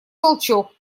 толчок